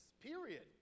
period